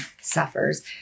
suffers